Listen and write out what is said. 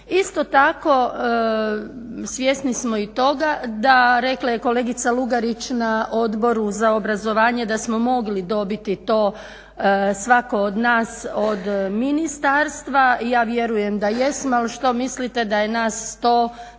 Isto tako svjesni smo i toga da, rekla je kolegica Lugarić na Odboru za obrazovanje da smo mogli dobiti svatko od nas od Ministarstva i ja vjerujem da jesmo ali što mislite da je nas 151